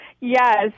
Yes